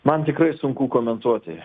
man tikrai sunku komentuoti